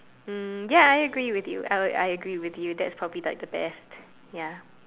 mm ya I agree with you I would I agree with you that's probably like the best ya